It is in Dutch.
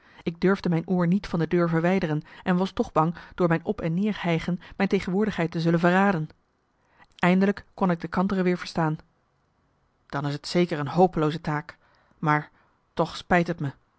ik durfde mijn oor niet van de deur verwijderen en was toch bang door mijn op en neer hijgen mijn tegenwoordigheid te zullen verraden eindelijk kon ik de kantere weer verstaan dan is t zeker een hopelooze taak maar toch spijt het me